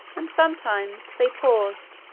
and sometimes they paused,